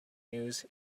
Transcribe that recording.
news